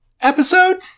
episode